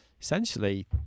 essentially